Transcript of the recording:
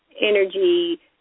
energy